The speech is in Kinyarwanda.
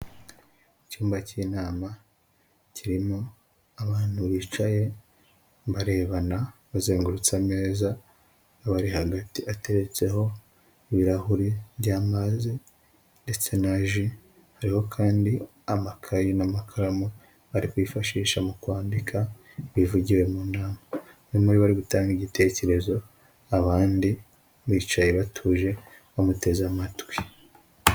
Icyumba cy'inama, kirimo abantu bicaye barebana, bazengurutse ameza abari hagati, ateretseho ibirahuri byamazi ndetse na ji hariho kandi n'amakayi n'amakaramu bari kwifashisha mu kwandika ibivugiwe mu nama. Bamwe muri bo bari gutanga igitekerezo, abandi bicaye batuje bamuteze amatwi.